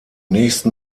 nächsten